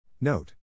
Note